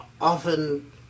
often